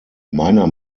meiner